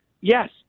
yes